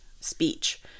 speech